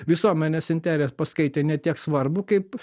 visuomenės intere paskaitė ne tiek svarbų kaip